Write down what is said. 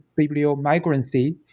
Bibliomigrancy